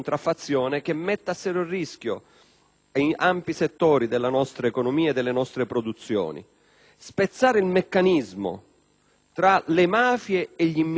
ampi settori della nostra economia e delle nostre produzioni. Spezzare il meccanismo tra le mafie e gli immigrati è la sfida vera che abbiamo;